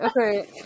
Okay